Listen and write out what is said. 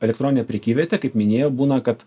elektroninė prekyvietė kaip minėjau būna kad